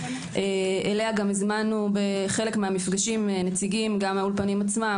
אליה גם הזמנו בחלק מהמפגשים נציגים גם מהאולפנים עצמם,